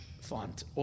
font